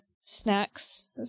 snacks